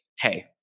hey